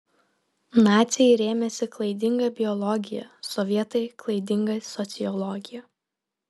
naciai rėmėsi klaidinga biologija sovietai klaidinga sociologija